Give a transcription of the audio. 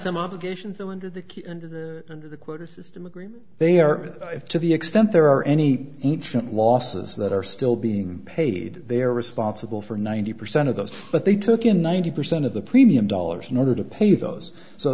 some obligations under the under under the quota system agreement they are to the extent there are any ancient losses that are still being paid they are responsible for ninety percent of those but they took in ninety percent of the premium dollars in order to pay those so